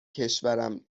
کشورم